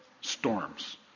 storms